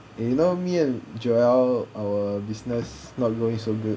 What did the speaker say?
eh you know me and joel our business not going so good